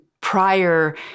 prior